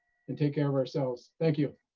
and take care of ourselves. thank you?